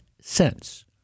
cents